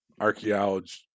archaeology